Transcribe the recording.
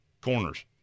Corners